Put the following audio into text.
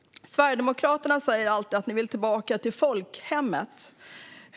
Sverigedemokraterna säger alltid att de vill tillbaka till folkhemmet.